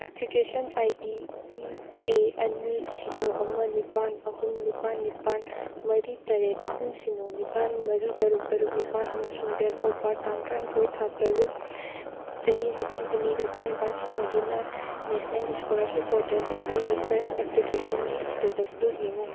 application I D ꯏ ꯑꯦ ꯑꯅꯤ ꯁꯤꯅꯣ ꯑꯃ ꯅꯤꯄꯥꯜ ꯑꯍꯨꯝ ꯅꯤꯄꯥꯜ ꯅꯤꯄꯥꯜ ꯃꯔꯤ ꯇꯔꯦꯠ ꯑꯍꯨꯝ ꯁꯤꯅꯣ ꯅꯤꯄꯥꯜ ꯃꯔꯤ ꯇꯔꯨꯛ ꯇꯔꯨꯛ ꯅꯤꯄꯥꯜ ꯑꯃꯁꯨꯡ ꯗꯦꯠ ꯑꯣꯐ ꯕꯥꯔꯠ ꯇꯥꯡ ꯇꯔꯥꯅꯤꯊꯣꯏ ꯊꯥ ꯇꯔꯨꯛ ꯆꯍꯤ ꯂꯤꯁꯤꯡ ꯑꯅꯤꯒ ꯇꯔꯥꯅꯤꯄꯥꯜ ꯁꯤꯖꯤꯟꯅꯗꯨꯅ ꯅꯦꯁꯅꯦꯜ ꯏꯁꯀꯣꯂꯥꯔꯁꯤꯞ ꯄꯣꯔꯇꯦꯜꯗ ꯑꯩꯒꯤ ꯐ꯭ꯔꯦꯁ ꯑꯦꯄ꯭ꯂꯤꯀꯦꯁꯟꯒꯤ ꯁꯇꯦꯇꯁꯇꯨ ꯌꯦꯡꯉꯨ